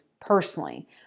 personally